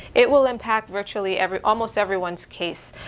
it will impact virtually every almost everyone's case.